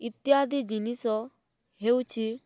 ଇତ୍ୟାଦି ଜିନିଷ ହେଉଛି